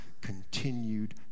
continued